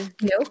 Nope